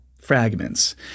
fragments